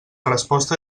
resposta